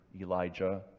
Elijah